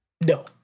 No